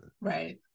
Right